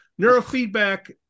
Neurofeedback